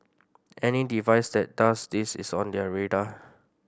any device that does this is on their radar